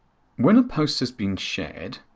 when a post has been shared,